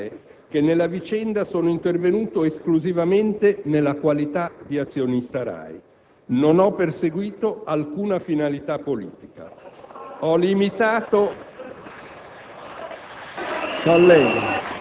Vorrei, infine, sottolineare che nella vicenda sono intervenuto esclusivamente nella qualità di azionista della RAI. Non ho perseguito alcuna finalità politica. *(Commenti